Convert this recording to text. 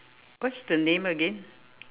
what's the name again